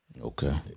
Okay